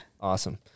Awesome